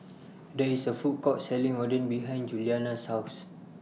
There IS A Food Court Selling Oden behind Julianna's House